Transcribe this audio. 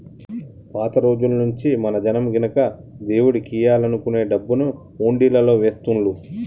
పాత రోజుల్నుంచీ మన జనం గినక దేవుడికియ్యాలనుకునే డబ్బుని హుండీలల్లో వేస్తుళ్ళు